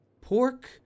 Pork